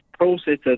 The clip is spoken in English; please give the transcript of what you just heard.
processors